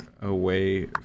away